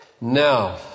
Now